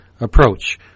approach